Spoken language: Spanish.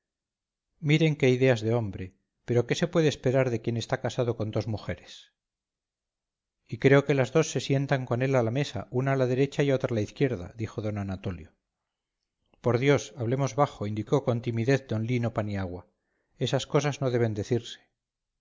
miren qué ideas de hombre pero qué se puede esperar de quien está casado con dos mujeres y creo que las dos se sientan con él a la mesa una a la derecha y otra a la izquierda dijo don anatolio por dios hablemos bajo indicó con timidez d lino paniagua esas cosas no deben decirse